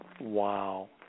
Wow